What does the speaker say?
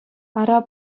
ара